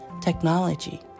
technology